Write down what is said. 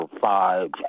five